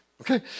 Okay